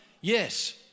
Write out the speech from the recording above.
Yes